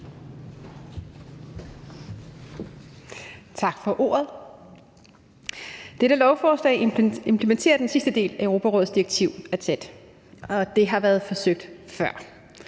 Tak for ordet. Dette lovforslag implementerer den sidste del af Europarådets direktiv, og det har været forsøgt før.